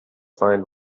find